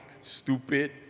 stupid